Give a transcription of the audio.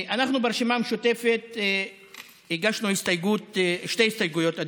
אנחנו ברשימה המשותפת הגשנו שתי הסתייגויות,